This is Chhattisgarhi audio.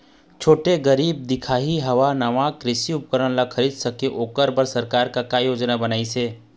छोटे गरीब दिखाही हा नावा कृषि उपकरण ला खरीद सके ओकर बर सरकार का योजना बनाइसे?